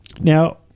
Now